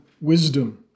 wisdom